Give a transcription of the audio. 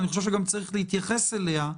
אני חושב שצריך להתייחס אליה,